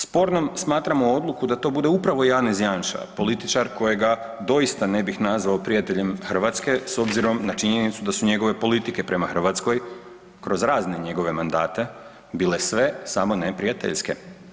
Spornom smatramo odluku da to bude upravo Janez Janša političar kojega doista ne bih nazvao prijateljem Hrvatske s obzirom na činjenicu da su njegove politike prema Hrvatskoj kroz razne njegove mandate bile sve samo ne prijateljske.